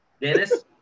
Dennis